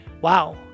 Wow